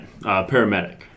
Paramedic